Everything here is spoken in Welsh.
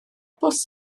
bws